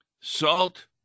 salt